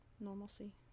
normalcy